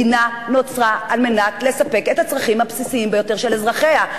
מדינה נוצרה על מנת לספק את הצרכים הבסיסיים ביותר של אזרחיה.